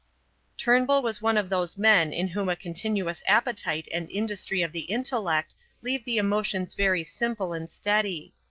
turnbull was one of those men in whom a continuous appetite and industry of the intellect leave the emotions very simple and steady.